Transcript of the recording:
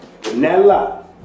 Vanilla